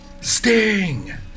Sting